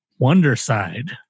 Wonderside